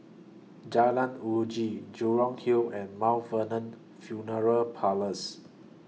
Jalan Uji Jurong Hill and Mount Vernon Funeral Parlours